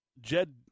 Jed